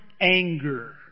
anger